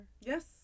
Yes